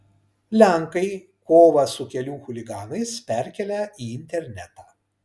lenkai kovą su kelių chuliganais perkelia į internetą